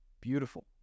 beautiful